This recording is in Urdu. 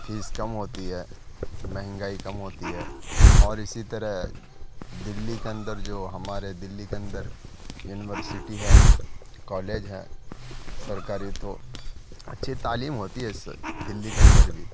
فیس کم ہوتی ہے مہنگائی کم ہوتی ہے اور اسی طرح دلّی کے اندر جو ہمارے دلّی کے اندر یونیورسٹی ہے کالج ہیں سرکاری تو اچھی تعلیم ہوتی ہے اس دلّی کے اندر بھی